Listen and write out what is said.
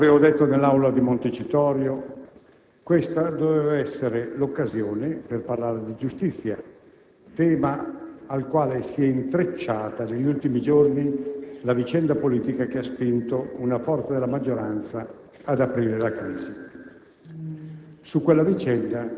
Come avevo detto nell'Aula di Montecitorio, questa doveva essere l'occasione per parlare di giustizia, tema al quale si è intrecciata negli ultimi giorni la vicenda politica che ha spinto una forza della maggioranza ad aprire la crisi.